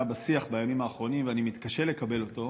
בשיח בימים האחרונים ואני מתקשה לקבל אותו.